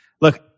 look